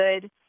good